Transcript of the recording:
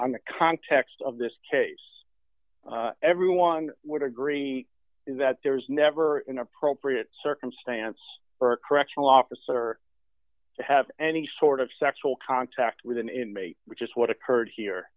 on the context of this case everyone would agree that there is never an appropriate circumstance for a correctional officer to have any sort of sexual contact with an inmate which is what occurred here